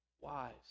wise